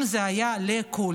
אם זה היה לכולם,